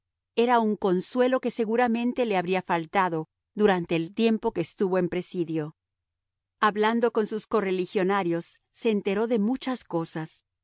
era un consuelo que seguramente le habría faltado durante el tiempo que estuvo en presidio hablando con sus correligionarios se enteró de muchas cosas